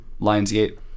Lionsgate